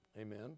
Amen